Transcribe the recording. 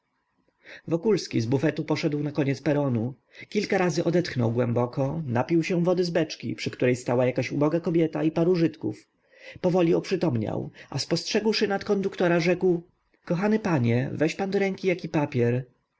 wyglądał wokulski z bufetu poszedł na koniec peronu kilka razy odetchnął głęboko napił się wody z beczki przy której stała jakaś uboga kobieta i paru żydków powoli oprzytomniał a spostrzegłszy nadkonduktora rzekł kochany panie weź do rąk jaki papier